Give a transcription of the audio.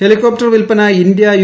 helicopter വിൽപ്പന India U